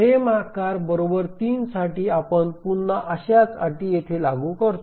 frame आकार 3 साठी आपण पुन्हा अशाच अटी येथे लागू करतो